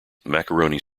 macaroni